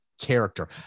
character